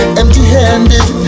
empty-handed